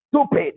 stupid